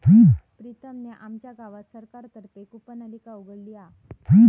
प्रीतम ने आमच्या गावात सरकार तर्फे कूपनलिका उघडत आहे